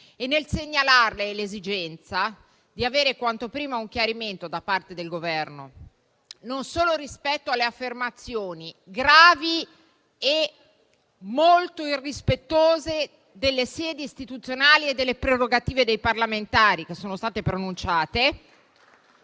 e nel segnalarle l'esigenza di avere quanto prima un chiarimento da parte del Governo non solo rispetto alle affermazioni gravi e molto irrispettose delle sedi istituzionali e delle prerogative dei parlamentari che sono state pronunciate